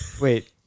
wait